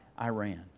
Iran